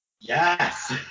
Yes